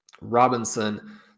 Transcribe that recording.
Robinson